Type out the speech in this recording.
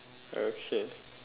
okay